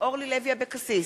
אורלי לוי אבקסיס,